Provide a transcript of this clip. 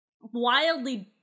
wildly